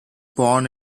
born